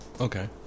Okay